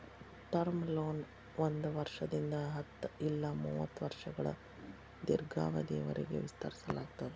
term loan ಒಂದ್ ವರ್ಷದಿಂದ ಹತ್ತ ಇಲ್ಲಾ ಮೂವತ್ತ ವರ್ಷಗಳ ದೇರ್ಘಾವಧಿಯವರಿಗಿ ವಿಸ್ತರಿಸಲಾಗ್ತದ